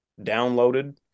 downloaded